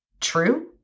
true